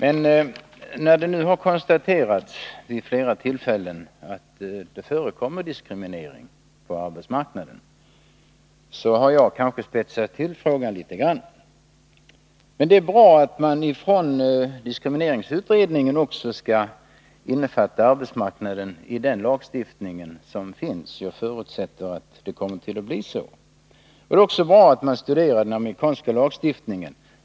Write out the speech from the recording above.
Eftersom det vid flera tillfällen har konstaterats att det förekommer diskriminering på arbetsmarknaden, har jag spetsat till frågan litet grand. Det är bra att diskrimineringsutredningen överväger att innefatta arbetsmarknaden i den lagstiftning som finns. Jag förutsätter att det kommer att bli så. Det är också bra att man i utredningen studerar den amerikanska lagstiftningen.